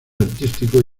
artístico